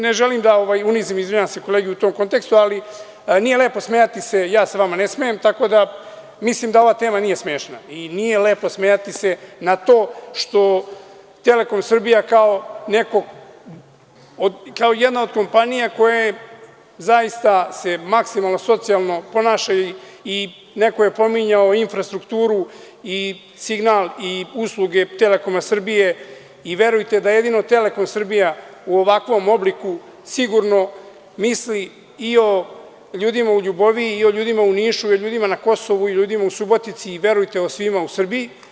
Ne želim da unizim kolege u tom kontekstu, izvinjavam se, ali nije lepo smejati se, ja se vama ne smejem, tako da mislim da ova tema nije smešna i nije lepo smejati se na to što Telekom Srbija kao jedna od kompanija koja se zaista maksimalno socijalno ponaša i neko je pominjao infrastrukturu i signal i usluge Telekoma Srbije i verujte da jedino Telekom Srbija u ovakvom obliku sigurno misli i o ljudima u Ljuboviji i o ljudima u Nišu i o ljudima na Kosovu i o ljudima u Subotici, verujte o svima u Srbiji.